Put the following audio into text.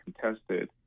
contested